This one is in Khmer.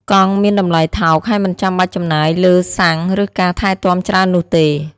កង់មានតម្លៃថោកហើយមិនចាំបាច់ចំណាយលើសាំងឬការថែទាំច្រើននោះទេ។